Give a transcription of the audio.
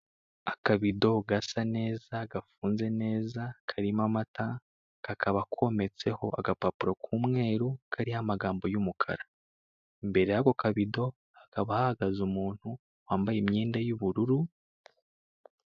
Akabido gasa neza gafunze neza karimo amata kakaba kometseho agapapuro k'umweru kariho amagambo y'umukara. Imbere yako kabido hakaba hahagaze umuntu wambaye imyenda y'ubururu.